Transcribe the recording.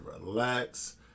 relax